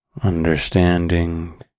understanding